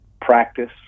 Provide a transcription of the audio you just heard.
practice